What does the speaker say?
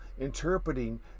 interpreting